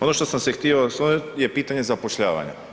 Ono što sam se htio osvrnuti je pitanje zapošljavanja.